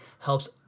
helps